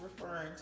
referring